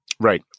Right